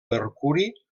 mercuri